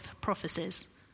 prophecies